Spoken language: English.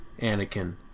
Anakin